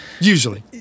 usually